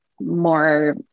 more